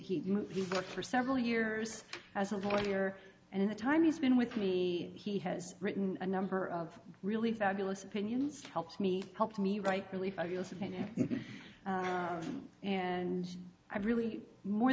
and he worked for several years as a lawyer and in the time he's been with me he has written a number of really fabulous opinions helps me helped me write really fabulous opinion and i really more